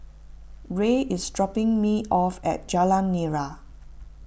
Ray is dropping me off at Jalan Nira